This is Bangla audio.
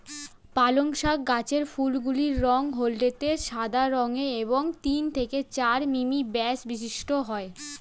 পালং শাক গাছের ফুলগুলি রঙ হলদেটে সাদা রঙের এবং তিন থেকে চার মিমি ব্যাস বিশিষ্ট হয়